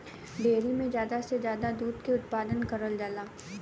dairy में जादा से जादा दुधे के उत्पादन करल जाला